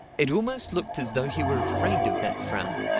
it almost looked as though he were afraid of that frown.